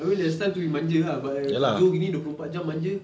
I mean there's time to be manja ah but gini dua puluh empat jam manja